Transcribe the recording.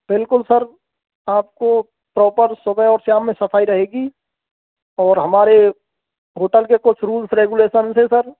बिलकुल सर आपको प्रॉपर सुबह और शाम में सफाई रहेगी और हमारे होटल के कुछ रूल्स रेगुलेशन थे सर